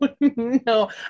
No